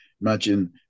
imagine